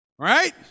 right